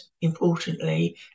importantly